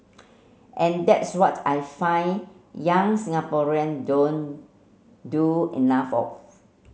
and that's what I find young Singaporean don't do enough of